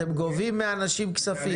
אתם גובים מאנשים כספים.